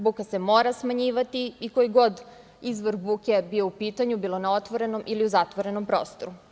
Buka se mora smanjivati i koji god izvor buke bio u pitanju, bilo na otvorenom ili u zatvorenom prostoru.